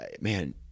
Man